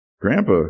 grandpa